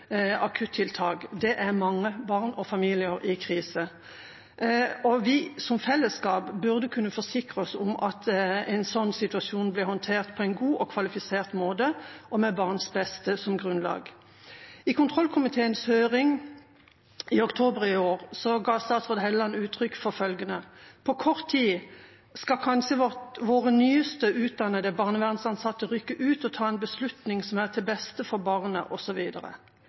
Det er mange barn og familier i krise. Vi som fellesskap burde kunne forsikre oss om at en sånn situasjon ble håndtert på en god og kvalifisert måte og med barns beste som grunnlag. I kontrollkomiteens høring i oktober i år ga statsråd Hofstad Helleland uttrykk for følgende: «På kort tid skal kanskje våre nyest utdannede barnevernsansatte rykke ut og ta en beslutning som er til det beste for barnet.